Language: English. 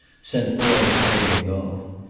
sent boys hurrying off.